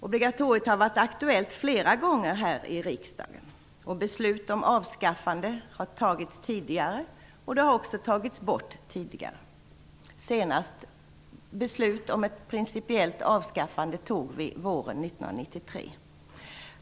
Obligatoriet har varit aktuellt flera gånger här i riksdagen. Beslut om avskaffande har fattats tidigare. Det har också tagits bort tidigare. Våren 1993 fattade vi senast beslut om ett principiellt avskaffande.